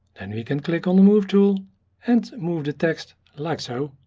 then we can click on the move tool and move the text like so.